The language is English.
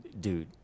Dude